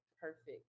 perfect